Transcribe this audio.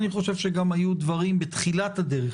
אני חושב שגם היו דברים בתחילת הדרך,